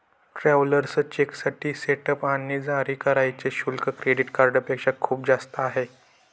travellers चेकसाठी setup आणि जारी करण्याचे शुल्क क्रेडिट कार्डपेक्षा खूप जास्त आहे